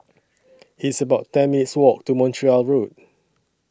It's about ten minutes' Walk to Montreal Road